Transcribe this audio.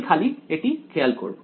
আমি খালি এটি খেয়াল করব